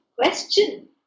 question